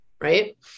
right